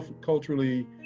culturally